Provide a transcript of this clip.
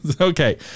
Okay